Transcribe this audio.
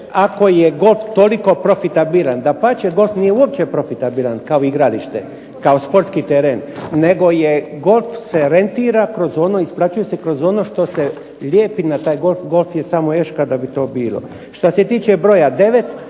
ako je golf toliko profitabilan, dapače golf uopće nije profitabilan kao igralište, kao sportski teren, nego se golf se rentira isplaćuje se kroz ono što se lijepi na taj golf, golf je samo eška da bi to bilo. Što se tiče broja 9,